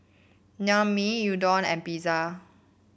Naengmyeon Udon and Pizza